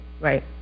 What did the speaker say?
Right